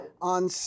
on